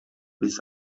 bis